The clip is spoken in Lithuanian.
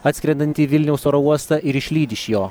atskrendantį į vilniaus oro uostą ir išlydi iš jo